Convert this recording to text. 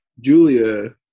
julia